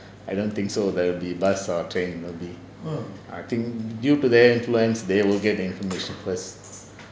I don't think so there will be bus or train maybe I think due to their influence they will get information first